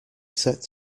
set